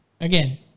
again